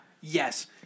Yes